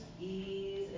ease